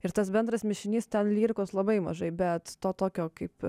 ir tas bendras mišinys ten lyrikos labai mažai bet to tokio kaip